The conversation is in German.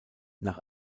nach